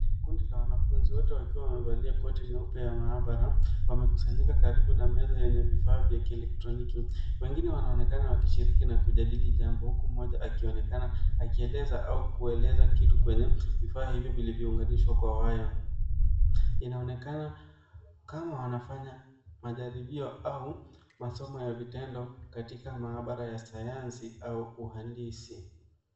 Kundi la wanafunzi wakiwa wamevalia koti nyeupe ya maabara wamekusanyika karibu na meza yeye vifaa vya kielectroniki. Wengine wanaonekana wakishiriki na kujadili jambo huku mmoja akionekana akieleza au kueleza kitu kwenye vifaa hivyo vilivyounganishwa kwa waya. Inaonekana kama wanafanya majaribio au masomo ya vitendo katika maabara ya sayansi au uhandisi.